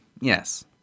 yes